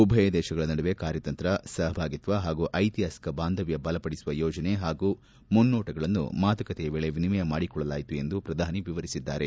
ಉಭಯ ದೇಶಗಳ ನಡುವೆ ಕಾರ್ಯತಂತ್ರ ಸಹಭಾಗಿತ್ವ ಹಾಗೂ ಐತಿಹಾಸಿಕ ಬಾಂಧವ್ನ ಬಲಪಡಿಸುವ ಯೋಜನೆ ಹಾಗೂ ಮುನ್ನೋಟಗಳನ್ನು ಮಾತುಕತೆಯ ವೇಳೆ ವಿನಿಮಯ ಮಾಡಿಕೊಳ್ಳಲಾಯಿತು ಎಂದು ಪ್ರಧಾನಿ ವಿವರಿಸಿದ್ದಾರೆ